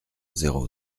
zéro